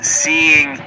seeing